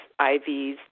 IVs